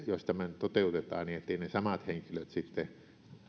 jos tämmöinen toteutetaan etteivät ne samat henkilöt sitten